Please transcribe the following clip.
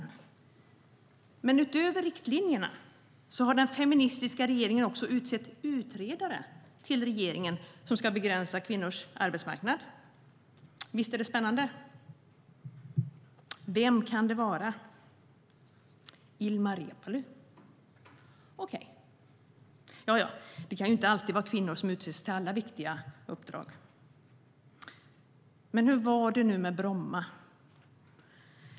Men utöver riktlinjerna har den feministiska regeringen också utsett utredare till utredningen som ska begränsa kvinnors arbetsmarknad. Visst är det spännande? Vem kan det vara? Jo, Ilmar Reepalu. Okej. Ja, ja, det kan ju inte alltid vara kvinnor som utses till alla viktiga uppdrag. Men hur var det nu med Bromma?